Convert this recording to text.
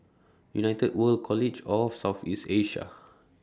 United World College of South East Asia